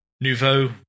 Nouveau